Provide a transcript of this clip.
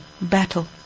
battle